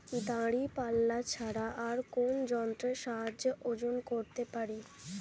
দাঁড়িপাল্লা ছাড়া আর কোন যন্ত্রের সাহায্যে ওজন করতে পারি?